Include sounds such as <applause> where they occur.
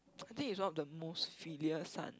<noise> I think he's one of the most filial son